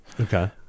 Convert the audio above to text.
Okay